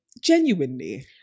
Genuinely